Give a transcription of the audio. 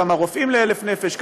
כמה רופאים ל-1,000 נפש,